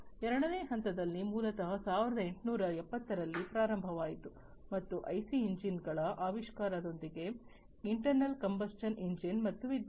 ಎರಡನೇ ಹಂತದಲ್ಲಿ ಮೂಲತಃ 1870 ರಲ್ಲಿ ಪ್ರಾರಂಭವಾಯಿತು ಮತ್ತು ಐಸಿ ಎಂಜಿನ್ಗಳ ಆವಿಷ್ಕಾರದೊಂದಿಗೆ ಇಂಟರ್ನಲ್ ಕಂಬಸ್ಚನ್ ಎಂಜಿನ್ ಮತ್ತು ವಿದ್ಯುತ್